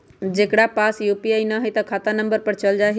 जेकरा पास यू.पी.आई न है त खाता नं पर चल जाह ई?